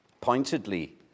pointedly